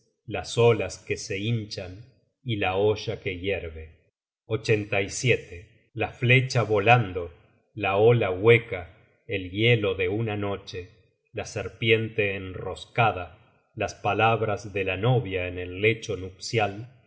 las olas que se hinchan y la olla que hierve la flecha volando la ola hueca el hielo de una noche la serpiente enroscada las palabras de la novia en el lecho nupcial